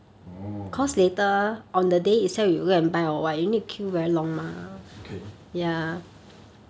orh okay